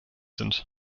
sind